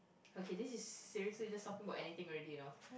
okay this is seriously just talking about anything already you know